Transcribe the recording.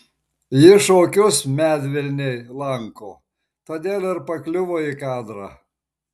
ji šokius medvilnėj lanko todėl ir pakliuvo į kadrą